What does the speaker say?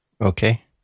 Okay